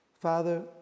Father